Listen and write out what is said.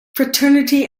fraternity